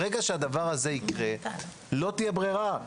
ברגע שהדבר הזה יקרה לא תהיה ברירה,